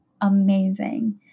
amazing